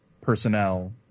personnel